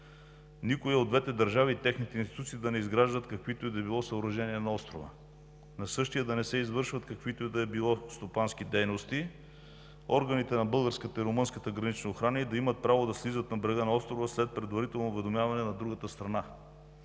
никоя от двете държави и техните институции да не изграждат каквито и да било съоръжения на острова; на същия да не се извършват каквито и да било стопански дейности; органите на българската и румънската гранична охрана да имат право да слизат на брега на острова след предварително уведомяване на другата страна;